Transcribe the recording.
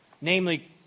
namely